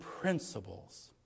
principles